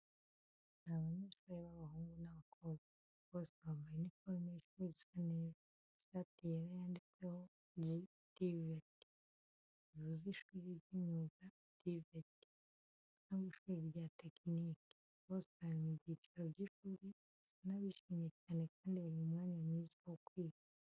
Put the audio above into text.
Ni abanyeshuri b’abahungu n’abakobwa, bose bambaye uniforme y’ishuri isa neza: ishati yera yanditseho "G. TVET," bivuze ishuri ry'imyuga TVET” cyangwa ishuri rya tekinike. Bose bari mu byicaro by’ishuri, basa n’abishimye cyane kandi bari mu mwanya mwiza wo kwiga.